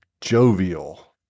jovial